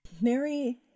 Mary